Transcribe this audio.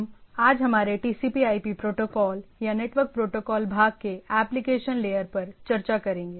हम आज हमारे TCPIP प्रोटोकॉल या नेटवर्क प्रोटोकॉल भाग के एप्लिकेशन लेयर पर चर्चा करेंगे